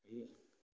ഈ